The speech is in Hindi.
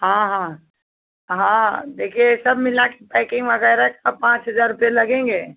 हाँ हाँ हाँ देखिए सब मिला के पैकिंग वग़ैरह का पाँच हज़ार रुपये लगेंगे